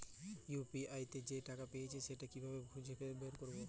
UPI তে যে টাকা পেয়েছি সেটা কিভাবে খুঁজে বের করবো?